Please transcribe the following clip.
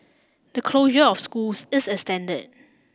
the closure of schools is extended